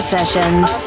Sessions